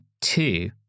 Two